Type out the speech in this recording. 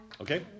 Okay